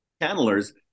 channelers